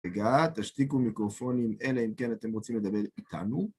רגע תשתיקו מיקרופונים אלה אם כן אתם רוצים לדבר איתנו.